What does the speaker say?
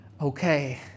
Okay